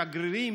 שגרירים,